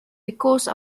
because